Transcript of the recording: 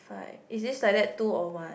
fi~ is this like that two or one